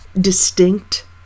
distinct